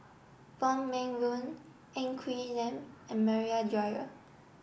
Wong Meng Voon Ng Quee Lam and Maria Dyer